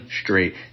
straight